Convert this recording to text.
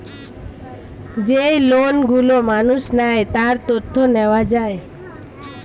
যেই লোন গুলো মানুষ নেয়, তার তথ্য নেওয়া যায়